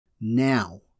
Now